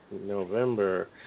November